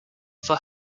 for